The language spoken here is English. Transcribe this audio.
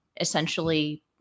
essentially